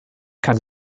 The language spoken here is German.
kann